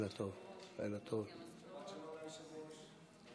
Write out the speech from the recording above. חברי הכנסת,